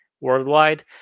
worldwide